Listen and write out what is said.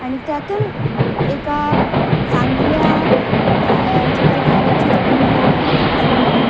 आणि त्यातून एका चांगल्या चित्रकाराचे जडण घडण होते असं मला वाटतं